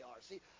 See